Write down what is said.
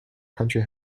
country